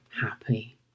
happy